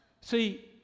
See